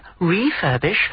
refurbish